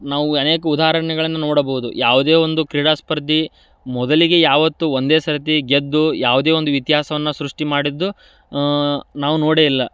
ನಾವು ಅನೇಕ ಉದಾಹಣೆಗಳನ್ನು ನೋಡಬಹುದು ಯಾವುದೇ ಒಂದು ಕ್ರೀಡಾ ಸ್ಪರ್ಧಿ ಮೊದಲಿಗೆ ಯಾವತ್ತೂ ಒಂದೇ ಸರತಿ ಗೆದ್ದು ಯಾವುದೇ ಒಂದು ಇತ್ಯಾಸವನ್ನ ಸೃಷ್ಟಿ ಮಾಡಿದ್ದು ನಾವು ನೋಡೇ ಇಲ್ಲ